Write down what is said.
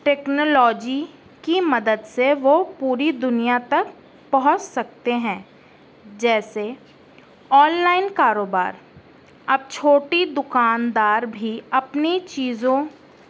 technology کی مدد سے وہ پوری دنیا تک پہنچ سکتے ہیں جیسے آن لائن کاروبار اب چھوٹی دکاندار بھی اپنی چیزوں